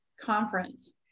conference